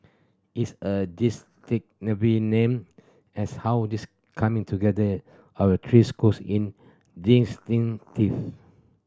it's a name as how this coming together our three schools in